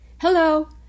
Hello